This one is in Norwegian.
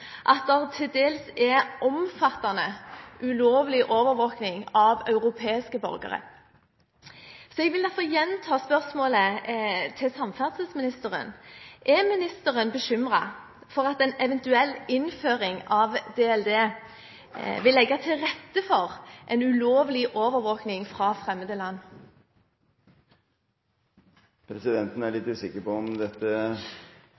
at det til dels er omfattende ulovlig overvåking av europeiske borgere. Jeg vil derfor gjenta spørsmålet til samferdselsministeren: Er ministeren bekymret for at en eventuell innføring av DLD vil legge til rette for en ulovlig overvåking fra fremmede land? Presidenten er